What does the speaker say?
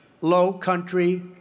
low-country